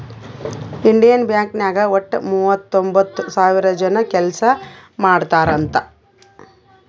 Indian bank ನಾಗ್ ವಟ್ಟ ಮೂವತೊಂಬತ್ತ್ ಸಾವಿರ ಜನ ಕೆಲ್ಸಾ ಮಾಡ್ತಾರ್ ಅಂತ್